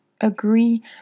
agree